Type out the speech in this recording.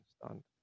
understand